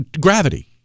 Gravity